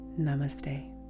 Namaste